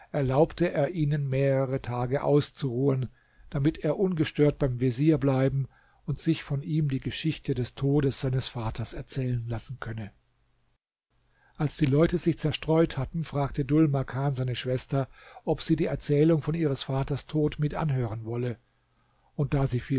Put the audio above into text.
erlaubte er ihnen mehrere tage auszuruhen damit er ungestört beim vezier bleiben und sich von ihm die geschichte des todes seines vaters erzählen lassen könne als die leute sich zerstreut hatten fragte dhul makan seine schwester ob sie die erzählung von ihres vaters tod mit anhören wolle und da sie